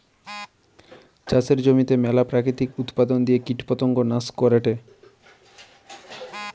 চাষের জমিতে মেলা প্রাকৃতিক উপাদন দিয়ে কীটপতঙ্গ নাশ করেটে